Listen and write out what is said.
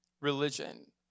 religion